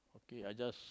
K I just